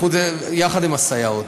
חוץ, יחד עם הסייעות.